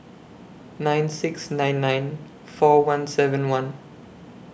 nine six nine nine four one seven one